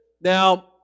Now